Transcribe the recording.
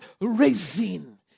raising